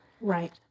Right